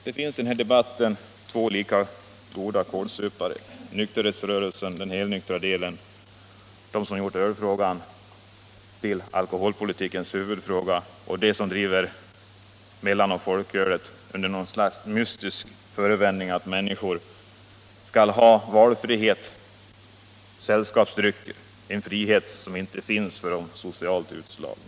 Det finns i den här debatten två lika goda kålsupare: nykterhetsrörelsens helnyktra del, som gjort ölfrågan till alkoholpolitikens huvudfråga, och de som driver mellanoch folkölet under något slags mystisk förevändning att människorna skall ha valfrihet till sällskapsdrycker, en frihet som inte finns för socialt utslagna.